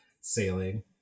sailing